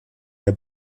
der